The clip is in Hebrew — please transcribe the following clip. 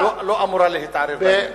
לא אמורה להתערב בעניין הזה.